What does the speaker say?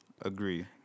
Agree